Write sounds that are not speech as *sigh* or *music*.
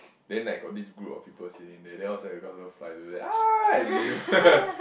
then like got this group of people staying there then was like because of the fly towards them ah everyday *laughs*